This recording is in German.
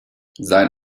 sein